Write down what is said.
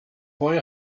poi